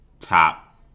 Top